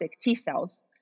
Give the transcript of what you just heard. T-cells